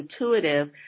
intuitive